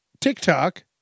TikTok